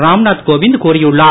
ராம்நாத் கோவிந்த் கூறியுள்ளார்